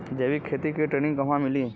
जैविक खेती के ट्रेनिग कहवा मिली?